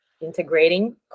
integrating